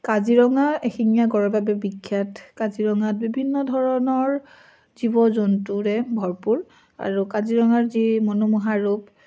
কাজিৰঙা এশিঙীয়া গঁড়ৰ বাবে বিখ্যাত কাজিৰঙাত বিভিন্ন ধৰণৰ জীৱ জন্তুৰে ভৰপূৰ আৰু কাজিৰঙাৰ যি মনোমোহা ৰূপ